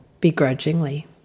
begrudgingly